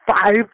five